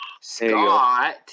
Scott